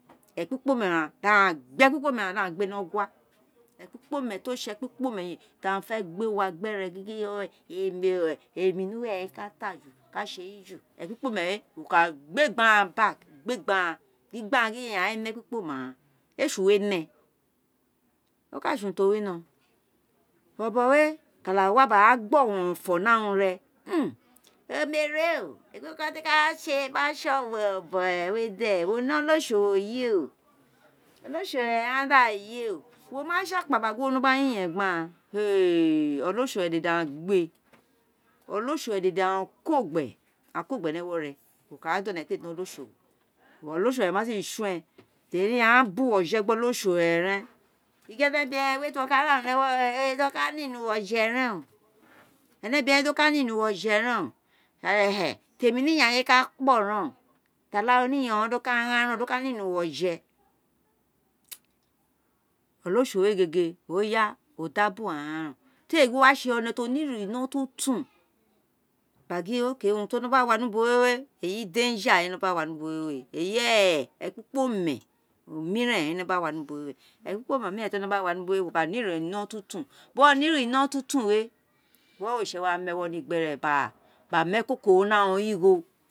Ekpikpóme ghandi aghan gbé ẹkpi kpomẹ ghan di aghan ré ogua, ekpi kpomẹ tio se ekpikpomẹ ti aghan fẹ gbé wa gbẹrẹ gingin emi ni uwẹ ka ta ju, sẹ yi ju, ekpikpome wé wo ka gbé gbe aghan back gin gbe aghan gin in aghan é nẹ ekipkome aghan éè si uwo éè ne, oka sé urun ti o wino bọbọ wé ka wa gbáá gba awo fọ ni arun re oméré o, niko wo té gba sé gba sowo ọbọn rẹ wé de, wo ni olosowo yé o, olosọwo ne aghan dáà yé o, wo ma sé akpa gba wo no yin iyen gbẹ aghan olosowo reghan dede aghan gbé olosowo rẹ aghan ko gbe, aghan ko gbe ni ewo rẹ, wo káà di o we di éè ne olosowo, olosowo re ma si sow woo, teri agha bá uwo je gbe olosowo re ren ojẹ gin emebiren wé ti wo ka ra run ni ẹwọ rẹ di o ka nini uwo je rewo emebiren dio ka nini uwo jẹ rẹn o temi ni iyanyin wé ka kpo ren o, ti o láà ro ni iyonghen di o ka ghan ren o, di o ka nini uwo je wé gégé o da gba bu ru aghan reu o, té sé gin wo wa sé one ti one ire ino tuntun gba gin ti o nọ gba wa ni ubo wé eyi danger owun éè no wa ni ubo we eyi ekpikpónwe mirew owun ré no gba wa ni ubo wé elapíkpómẹ miren ti o wino wani ubo wé nko ka ne ire ino yun tun, bi uwo nw irẹ inọ tuntun wé aritse wa nu ewo ni gbe re, back gba mu ekoko ro ni aghan origho